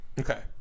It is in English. Okay